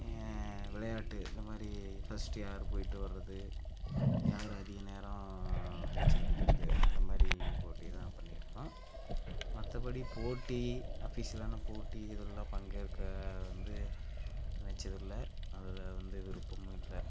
விளையாட்டு இந்த மாதிரி ஃபஸ்ட்டு யார் போய்ட்டு வர்றது யார் அதிக நேரம் நீச்சல் அடிக்கிறது அந்த மாதிரி போட்டி தான் நான் பண்ணியிருக்கோம் மற்றபடி போட்டி அஃபிஷியலான போட்டி இதெல்லாம் பங்கேற்க வந்து நினச்சதில்ல அதில் வந்து விருப்பமும் இல்லை